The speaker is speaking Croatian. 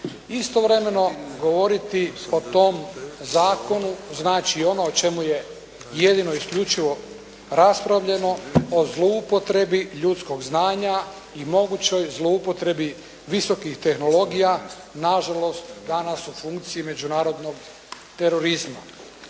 Istovremeno govoriti o tom zakonu, znači ono o čemu je jedino isključivo raspravljeno o zloupotrebi ljudskog znanja i mogućoj zloupotrebi visokih tehnologija, nažalost danas u funkciji međunarodnog terorizma.